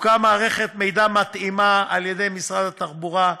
תוקם מערכת מידע מתאימה על-ידי משרד התחבורה,